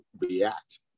react